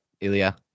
Ilya